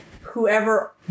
whoever